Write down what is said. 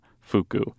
Fuku